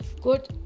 good